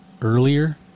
earlier